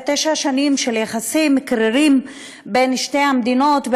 תשע שנים של יחסים קרירים בין שתי המדינות,